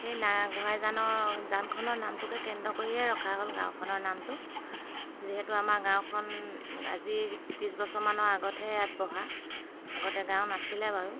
সেই না গোহাঁইজানৰ জানখনৰ নামটোকে কেন্দ্ৰ কৰিয়েই ৰখা হ'ল গাঁওখনৰ নামটো যিহেতু আমাৰ গাঁওখন আজি ত্ৰিছ বছৰমান আগতহে ইয়াত বহা আগতে গাঁও নাছিলে বাৰু